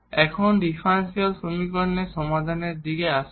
এখন ডিফারেনশিয়াল সমীকরণের সমাধানের দিকে আসছি